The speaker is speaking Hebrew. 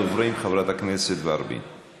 חברת הכנסת כהן-פארן, ואת אחריה.